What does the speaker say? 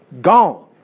Gone